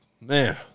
Man